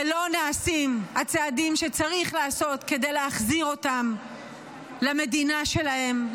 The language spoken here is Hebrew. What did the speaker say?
ולא נעשים הצעדים שצריך לעשות כדי להחזיר אותם למדינה שלהם,